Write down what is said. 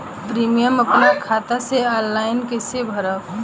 Premium अपना खाता से ऑनलाइन कईसे भरेम?